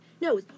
No